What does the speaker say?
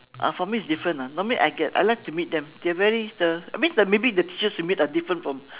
uh for me is different ah normally I get I like to meet them they are very the I mean maybe the teachers you meet are different from